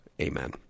Amen